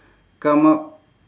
come up